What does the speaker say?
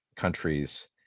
countries